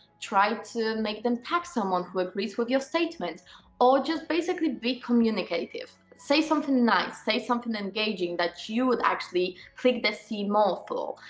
try to make them tag someone who agrees with your statement or just basically be communicative say something nice, say something engaging that you would actually click the see more or.